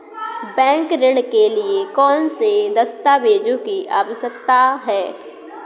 Bank ऋण के लिए कौन से दस्तावेजों की आवश्यकता है?